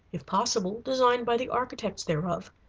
if possible designed by the architects thereof,